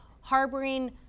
harboring